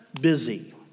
busy